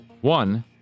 One